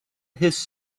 his